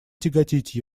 тяготить